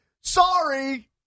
Sorry